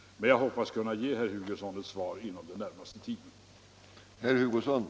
Men jag hoppas kunna ge herr Hugosson ett svar inom den närmaste tiden.